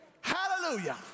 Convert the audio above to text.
Hallelujah